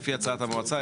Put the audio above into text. זה לפי הצעת המועצה?